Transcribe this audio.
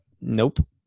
Nope